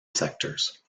sectors